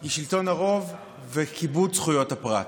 היא שלטון הרוב וכיבוד זכויות הפרט.